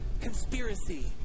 conspiracy